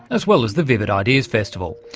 as well as the vivid ideas festival.